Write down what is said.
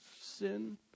sin